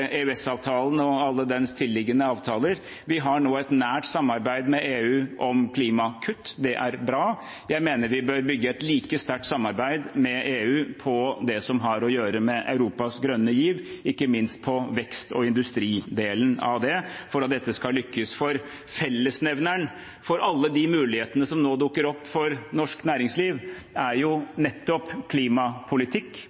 og alle dens tilliggende avtaler. Vi har nå et nært samarbeid med EU om klimakutt. Det er bra. Jeg mener vi bør bygge et like sterkt samarbeid med EU på det som har å gjøre med Europas grønne giv, ikke minst på vekst- og industridelen av det, for at dette skal lykkes. For fellesnevneren for alle de mulighetene som nå dukker opp for norsk næringsliv, er